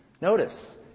Notice